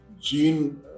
gene